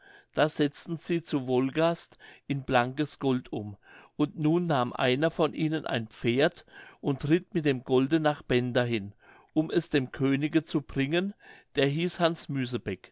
das setzten sie zu wolgast in blankes gold um und nun nahm einer von ihnen ein pferd und ritt mit dem golde nach bender hin um es dem könige zu bringen der hieß hans